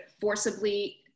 forcibly